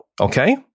Okay